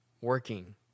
working